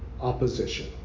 opposition